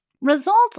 Results